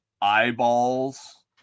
eyeballs